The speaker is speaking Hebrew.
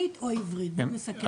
עכשיו אני תושב חוזר.